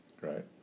Right